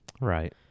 Right